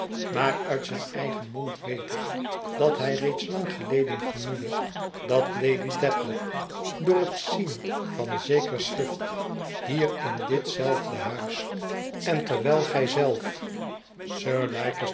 maar uit zijn eigen mond weet ik dat hij reeds lang geleden vermoedde dat lady dedlock door het zien van zeker schrift hier in dit zelfde huis en terwijl gij zelf